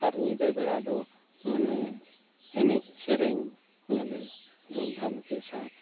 ᱟᱨ ᱧᱤᱫᱟᱹ ᱵᱮᱲᱟ ᱫᱚ ᱢᱟᱱᱮ ᱮᱱᱮᱡ ᱥᱮᱨᱮᱧ ᱧᱮᱞᱮ ᱫᱷᱩᱢᱫᱷᱟᱢ ᱠᱮ ᱥᱟᱛ